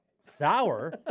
Sour